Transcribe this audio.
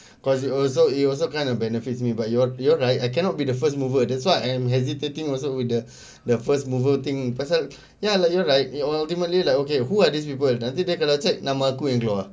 cause you also you also kind of benefits me but you all you all right I cannot be the first mover that's why I am hesitating also with the the first mover thing pasal ya like you know like you ultimately like okay who are these people nanti dia kalau check nama aku yang keluar